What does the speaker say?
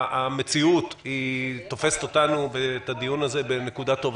המציאות תופסת אותנו ואת הדיון הזה בנקודה טובה,